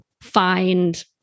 find